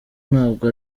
ntabwo